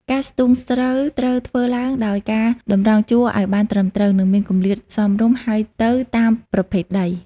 ការស្ទូងស្រូវត្រូវធ្វើឡើងដោយការតម្រង់ជួរឱ្យបានត្រឹមត្រូវ និងមានគម្លាតសមរម្យ ហើយទៅតាមប្រភេទដី។